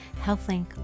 HealthLink